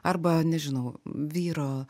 arba nežinau vyro